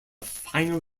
final